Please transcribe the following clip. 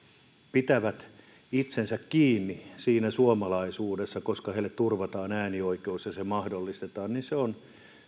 pitävät itsensä kiinni siinä suomalaisuudessa kun heille turvataan äänioikeus ja se mahdollistetaan se on